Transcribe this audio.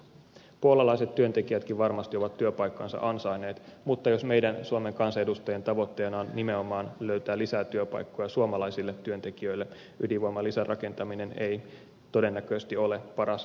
puolalaiset työntekijätkin varmasti ovat työpaikkansa ansainneet mutta jos meidän suomen kansanedustajien tavoitteena on nimenomaan löytää lisää työpaikkoja suomalaisille työntekijöille ydinvoiman lisärakentaminen ei todennäköisesti ole paras ratkaisu